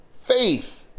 faith